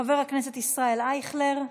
חבר הכנסת ישראל אייכלר,